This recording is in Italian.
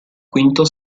quinto